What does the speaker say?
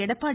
Edappadi